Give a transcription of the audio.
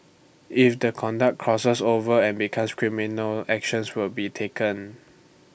if the conduct crosses over and becomes criminal actions will be taken